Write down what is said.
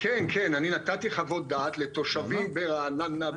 נתתי חוות דעת לתושבים ברעננה,